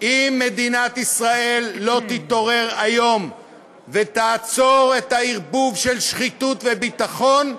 אם מדינת ישראל לא תתעורר היום ותעצור את הערבוב של שחיתות וביטחון,